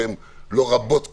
שאינן רבות קהל,